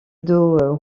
dos